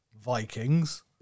Vikings